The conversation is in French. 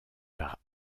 par